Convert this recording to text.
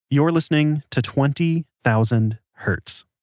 you're listening to twenty thousand hertz.